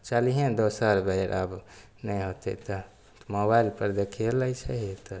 चलिहें दोसर बेर आब नहि होतै तऽ तऽ मोबाइल पर देखिये लै छही